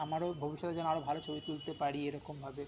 আমারও ভবিষ্যতে যেন আরো ভালো ছবি তুলতে পারি এরকমভাবে